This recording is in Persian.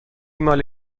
مال